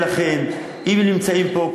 אם הם נמצאים פה,